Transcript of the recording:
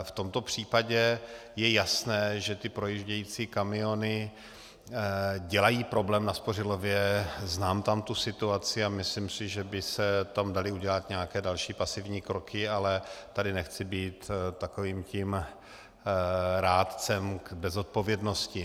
V tomto případě je jasné, že ty projíždějící kamiony dělají problém na Spořilově, znám tam tu situaci a myslím si, že by se tam daly udělat nějaké další pasivní kroky, ale tady nechci být takovým tím rádcem bez zodpovědnosti.